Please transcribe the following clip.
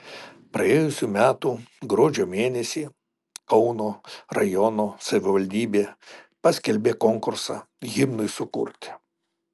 praėjusių metų gruodžio mėnesį kauno rajono savivaldybė paskelbė konkursą himnui sukurti